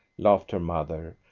laughed her mother.